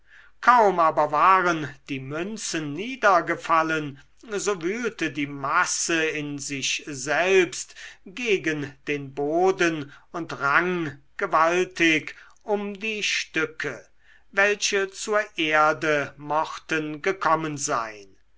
kaum aber waren die münzen niedergefallen so wühlte die masse in sich selbst gegen den boden und rang gewaltig um die stücke welche zur erde mochten gekommen sein